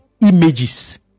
images